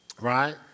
right